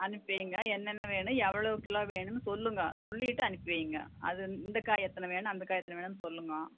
அனுப்பி வையுங்க என்னன்ன வேணும் எவ்வளோ கிலோ வேணும்னு சொல்லுங்க சொல்லிவிட்டு அனுப்பி வையுங்க அது இந்த காய் எத்தனை வேணும் அந்த காய் எத்தனை வேணும்னு சொல்லுங்க